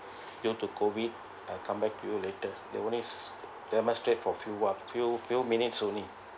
due to COVID I'm come back to you later they only demonstrate for few what few few minutes only